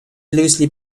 loosely